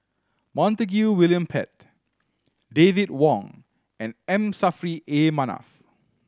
Montague William Pett David Wong and M Saffri A Manaf